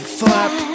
flap